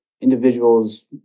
individual's